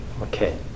Okay